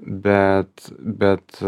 bet bet